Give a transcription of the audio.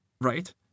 right